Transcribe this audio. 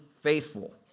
faithful